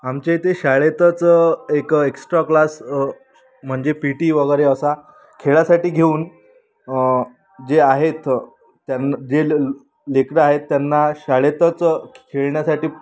आमच्या इथे शाळेतच एक एक्स्ट्रा क्लास म्हणजे पी टी वगैरे असा खेळासाठी घेऊन जे आहेत त्यांना जे लल लेकरं आहेत त्यांना शाळेतच खेळण्यासाठी